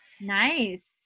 Nice